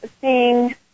Seeing